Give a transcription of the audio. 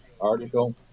article